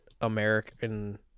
American